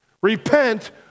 repent